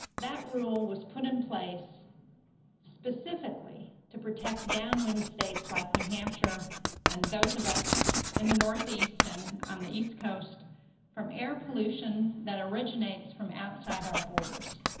that rule was put in place specifically to protect downwind states like new hampshire and those of us in the northeast and on the east coast from air pollution that originates from outside our borders.